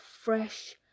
fresh